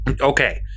Okay